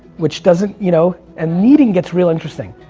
which doesn't you know, and needing gets real interesting.